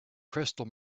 crystal